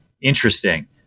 Interesting